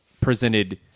presented